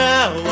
Now